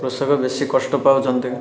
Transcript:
କୃଷକ ବେଶି କଷ୍ଟ ପାଉଛନ୍ତି